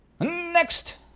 Next